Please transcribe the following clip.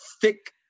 thick